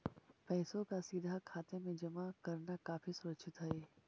पैसों का सीधा खाते में जमा करना काफी सुरक्षित हई